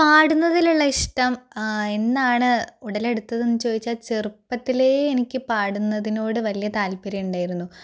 പാടുന്നതിലുള്ള ഇഷ്ടം എന്നാണ് ഉടലെടുത്തതെന്ന് ചോദിച്ചാൽ ചെറുപ്പത്തിലെ എനിക്ക് പാടുന്നതിനോട് വലിയ താല്പര്യം ഉണ്ടായിരുന്നു